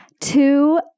two